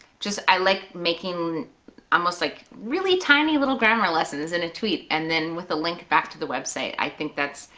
i like making almost like really tiny little grammar lessons in a tweet and then with a link back to the website. i think that's,